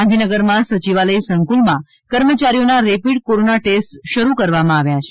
ગાંધીનગરમાં સચિવાલય સંકૂલ માં કર્મચારીઓના રેપિડ કોરોના ટેસ્ટ શરૂ કરવામાં આવ્યા છે